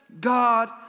God